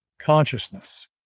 consciousness